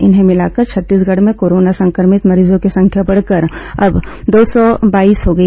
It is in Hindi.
इन्हें भिलाकर छत्तीसंगढ़ में कोरोना संक्रमितों मरीजों की संख्या बढ़कर अब दो सौ बाईस हो गई